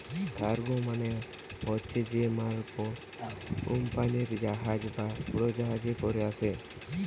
cargo মানে হচ্ছে যে মাল কুম্পানিরা জাহাজ বা উড়োজাহাজে কোরে আনে